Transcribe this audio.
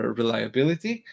reliability